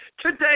Today